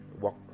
Walk